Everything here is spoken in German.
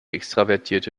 extravertierte